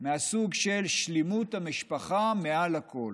מהסוג של שלמות המשפחה מעל הכול,